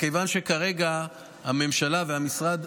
מכיוון שכרגע הממשלה והמשרד,